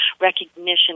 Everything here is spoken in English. recognition